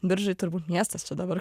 biržai turbūt miestas čia dabar